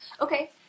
Okay